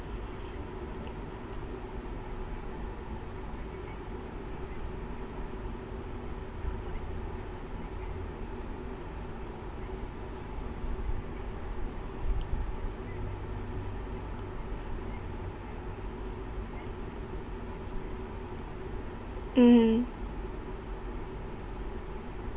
mmhmm